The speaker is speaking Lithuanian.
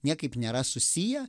niekaip nėra susiję